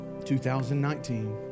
2019